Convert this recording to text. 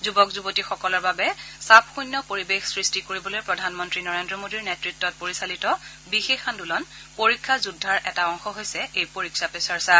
যুৱক যুৱতীসকলৰ বাবে চাপশুন্য পৰিৱেশ সৃষ্টি কৰিবলৈ প্ৰধানমন্ত্ৰী নৰেন্দ্ৰ মোদী নেত়ত্বত পৰিচালিত বিশেষ আন্দোলন পৰীক্ষা যোদ্ধাৰ এটা অংশ হৈছে পৰীক্ষা পে চৰ্চা